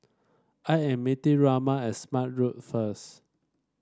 I am meeting Ramon at Smart Road first